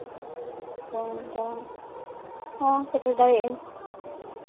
ᱯᱳᱱ ᱴᱟᱲᱟᱝ ᱦᱚᱸ ᱥᱮᱴᱮᱨ ᱫᱟᱲᱮᱭᱟᱜ ᱟᱹᱧ